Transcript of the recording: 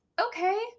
okay